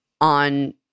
on